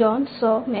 John saw Mary